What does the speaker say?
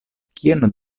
kion